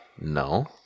No